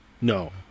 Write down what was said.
no